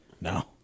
No